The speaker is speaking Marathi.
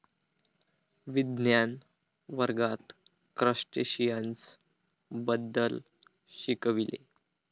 विज्ञान वर्गात क्रस्टेशियन्स बद्दल शिकविले